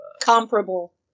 Comparable